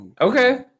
Okay